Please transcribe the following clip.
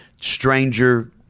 stranger